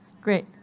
Great